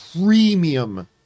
premium